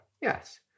Yes